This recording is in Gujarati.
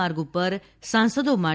માર્ગ ઉપર સાંસદો માટે